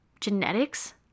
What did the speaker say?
Genetics